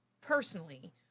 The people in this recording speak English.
personally